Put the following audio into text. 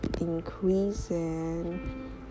increasing